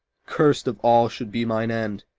cursed of all should be mine end,